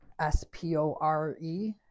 S-P-O-R-E